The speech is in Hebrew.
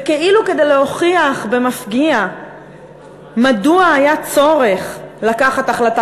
וכאילו כדי להוכיח במפגיע מדוע היה צורך לקבל החלטה